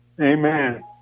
Amen